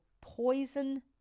poison